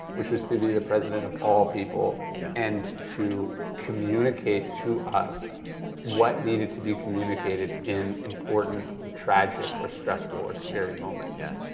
which was to be the president of all people yeah and to communicate to us what needed to be communicated in important or tragic or stressful or scary moments. yeah,